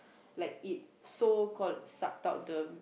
like it so called suck out